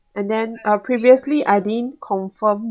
and then uh previously I didn't confirm